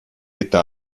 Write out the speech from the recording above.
eta